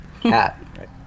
cat